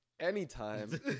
anytime